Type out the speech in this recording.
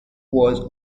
was